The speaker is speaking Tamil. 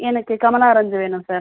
எனக்கு கமலா ஆரஞ்ச் வேணும் சார்